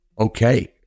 okay